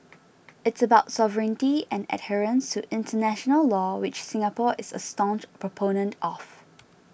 it's about sovereignty and adherence to international law which Singapore is a staunch proponent of